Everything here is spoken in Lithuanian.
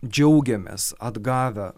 džiaugėmės atgavę